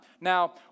now